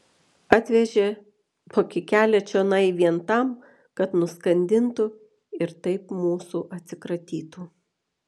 atvežė tokį kelią čionai vien tam kad nuskandintų ir taip mūsų atsikratytų